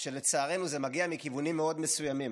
שלצערנו זה מגיע מכיוונים מאוד מסוימים,